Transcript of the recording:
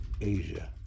Asia